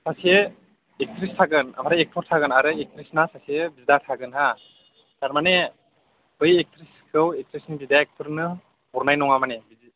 सासे एक्ट्रिस थागोन आरो एक्ट'र थागोन आरो एक्ट्रिसना सासे बिदा थागोन हा थारमाने बै एक्ट्रिसखौ एक्ट्रिसनि बिदाया एक्ट'रनो हरनाय नङा माने